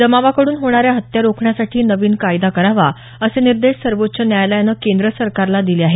जमावा कड्रन होणाऱ्या हत्या रोखण्यासाठी नवीन कायदा करावा असे निर्देश सर्वोच्च न्यायालयानं केंद्र सरकारला दिले आहे